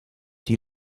die